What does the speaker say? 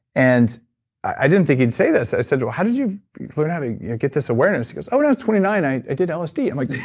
and i didn't think he'd say this. i said said how did you learn how to get this awareness? he goes, oh, when i was twenty nine i i did lsd. i'm like,